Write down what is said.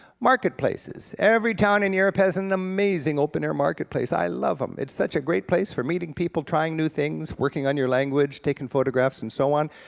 marketplaces every town in europe has an amazing open-air market place. i love them, it's such a great place for meeting people, trying new things, working on your language, taking photographs, and so on.